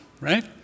right